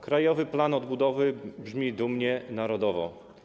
Krajowy plan odbudowy brzmi dumnie, narodowo.